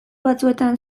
batzuetan